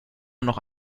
immer